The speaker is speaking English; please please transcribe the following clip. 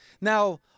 Now